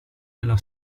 nella